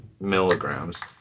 milligrams